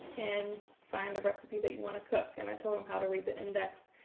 and find a recipe that you want to cook and i told him how to read the index,